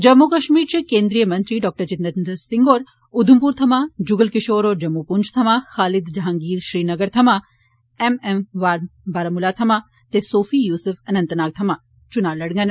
जम्मू कश्मीर च केन्द्रीय मंत्री डाक्टर जितेन्द्र सिंह होर उधमपुर थमां जुगल किशोर होर जम्मू पृंछ थमां खालिद जहांगिर श्रीनगर थमां एम एम वार बारामुला थमां ते सोफी युसुफ अनंतनाग सीट थमां चुनाव लड़गंन